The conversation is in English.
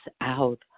out